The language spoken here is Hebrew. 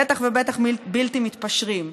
בטח ובטח בלתי מתפשרים,